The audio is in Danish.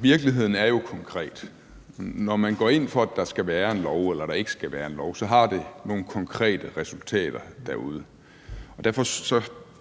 Virkeligheden er jo konkret. Når man går ind for, at der skal være en lov eller ikke være en lov, har det nogle konkrete resultater derude, og derfor